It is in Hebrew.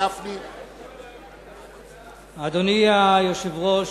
אדוני היושב-ראש,